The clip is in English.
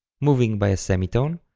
moving by a semitone,